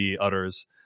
utters